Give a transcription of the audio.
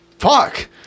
Fuck